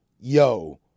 Yo